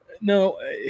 no